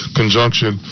conjunction